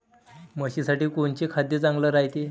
म्हशीसाठी कोनचे खाद्य चांगलं रायते?